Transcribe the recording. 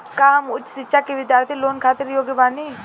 का हम उच्च शिक्षा के बिद्यार्थी लोन खातिर योग्य बानी?